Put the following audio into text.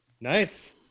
Nice